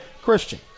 Christian